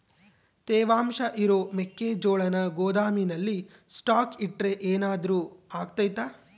ತೇವಾಂಶ ಇರೋ ಮೆಕ್ಕೆಜೋಳನ ಗೋದಾಮಿನಲ್ಲಿ ಸ್ಟಾಕ್ ಇಟ್ರೆ ಏನಾದರೂ ಅಗ್ತೈತ?